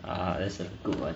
ah that's a good one